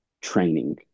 training